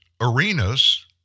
arenas